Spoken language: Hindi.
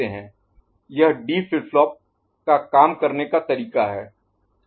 तो यह डी फ्लिप फ्लॉप का काम करने का तरीका है